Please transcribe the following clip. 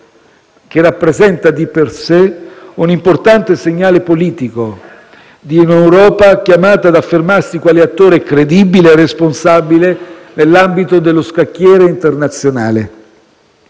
che rappresenta di per sé un importante segnale politico di un'Europa chiamata ad affermarsi quale attore credibile e responsabile nell'ambito dello scacchiere internazionale.